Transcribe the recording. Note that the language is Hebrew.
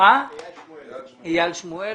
אייל שמואל.